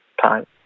time